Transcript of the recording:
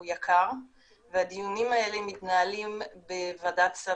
הוא יקר והדיונים האלה מתנהלים בוועדת סל